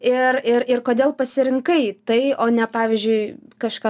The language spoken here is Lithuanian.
ir ir ir kodėl pasirinkai tai o ne pavyzdžiui kažką